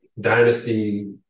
Dynasty